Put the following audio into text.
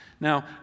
Now